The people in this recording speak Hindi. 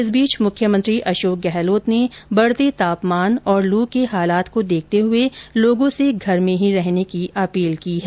इस बीच मुख्यमंत्री अशोक गहलोत ने बढते तापमान और लू के हालात को देखते हुए लोगों से घर में ही रहने की अपील की है